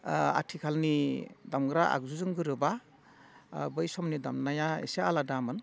आथिखालनि दामग्रा आगजुजों गोरोबा बै समनि दामनाया एसे आलादामोन